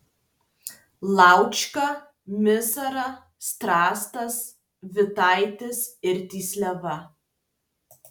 laučka mizara strazdas vitaitis ir tysliava